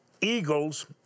Eagles